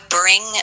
bring